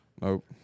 Nope